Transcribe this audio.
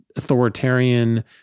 authoritarian